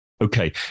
Okay